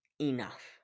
enough